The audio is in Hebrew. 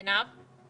עינב, אנחנו